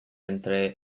entre